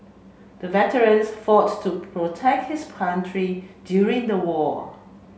the veterans fought to protect his country during the war